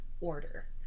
order